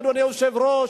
אדוני היושב-ראש,